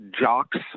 jocks